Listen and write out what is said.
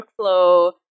workflow